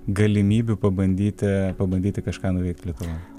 galimybių pabandyti pabandyti kažką nuveikti lietuvoj